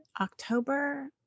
October